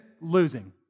losing